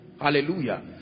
Hallelujah